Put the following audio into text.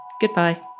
Goodbye